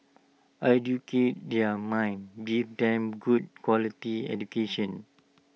educate their mind give them good quality education